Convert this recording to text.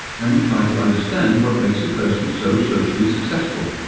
and we try to understand what makes a person so socially successful.